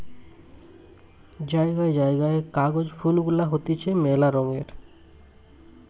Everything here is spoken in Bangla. জায়গায় জায়গায় কাগজ ফুল গুলা হতিছে মেলা রঙের